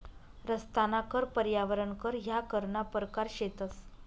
रस्ताना कर, पर्यावरण कर ह्या करना परकार शेतंस